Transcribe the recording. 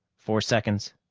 four seconds.